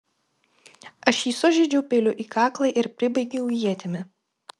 aš jį sužeidžiau peiliu į kaklą ir pribaigiau ietimi